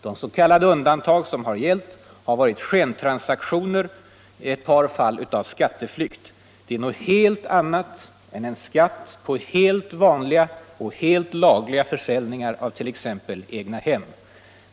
De s.k. undantag som gällt har varit skentransaktioner — ett par fall av skatteflykt. Det är något helt annat än en skatt på helt vanliga och helt lagliga försäljningar av t.ex. egnahem.